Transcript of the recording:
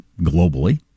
globally